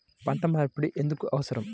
పంట మార్పిడి ఎందుకు అవసరం?